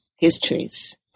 histories